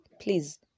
please